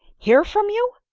hear from you!